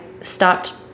stopped